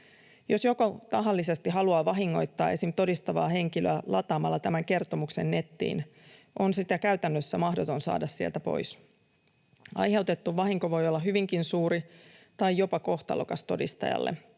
Jos joku tahallisesti haluaa vahingoittaa esim. todistavaa henkilöä lataamalla tämän kertomuksen nettiin, on sitä käytännössä mahdoton saada sieltä pois. Aiheutettu vahinko voi olla hyvinkin suuri tai jopa kohtalokas todistajalle.